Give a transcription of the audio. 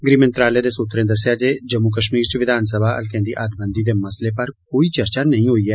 गृहमंत्रालय दे सूत्रे दस्सेया जे जम्मू कश्मीर च विधानसभा हल्कें दी हदबंदी दे मसले पर कोई चर्चा नेंई होई ऐ